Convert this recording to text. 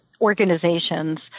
organizations